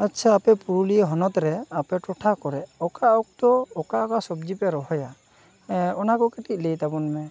ᱟᱪᱪᱷᱟ ᱟᱯᱮ ᱯᱩᱨᱩᱞᱤᱭᱟᱹ ᱦᱚᱱᱚᱛᱨᱮ ᱟᱯᱮ ᱴᱚᱴᱷᱟ ᱠᱚᱨᱮ ᱚᱠᱟ ᱚᱠᱛᱚ ᱚᱠᱟ ᱚᱠᱟ ᱥᱚᱵᱽᱡᱤᱯᱮ ᱨᱚᱦᱚᱭᱟ ᱚᱱᱟᱠᱚ ᱠᱟᱹᱴᱤᱡ ᱞᱟᱹᱭ ᱛᱟᱵᱚᱱ ᱢᱮ